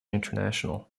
international